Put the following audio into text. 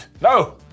no